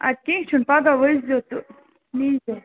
اَدٕ کیٚنٛہہ چھُ نہٕ پگاہ ؤسۍزیٚو تہٕ نیٖزیٚو